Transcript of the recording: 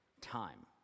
time